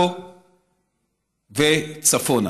וצפונה.